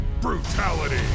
Brutality